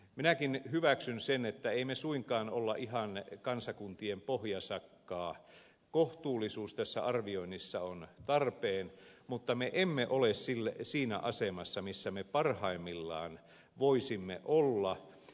minäkin hyväksyn sen että emme me suinkaan ole ihan kansakuntien pohjasakkaa kohtuullisuus tässä arvioinnissa on tarpeen mutta me emme ole siinä asemassa missä me parhaimmillamme voisimme olla